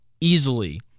easily